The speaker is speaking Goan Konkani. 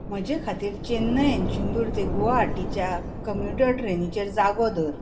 म्हजे खातीर चेन्नई एषुंबूर ते गुवाहाटीच्या कम्युटर ट्रेनीचेर जागो धर